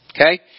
Okay